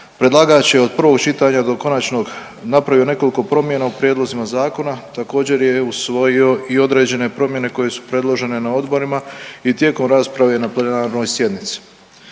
predlagač je od prvog čitanja do konačnog napravio nekoliko promjena u prijedlozima zakona. Također je usvojio i određene promjene koje su predložene na odborima i tijekom rasprave na plenarnoj sjednici.